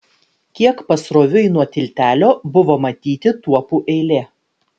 kiek pasroviui nuo tiltelio buvo matyti tuopų eilė